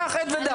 קח עט ודף.